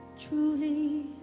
Truly